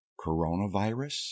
Coronavirus